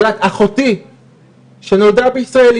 אחותי שנולדה בישראל,